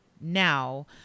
now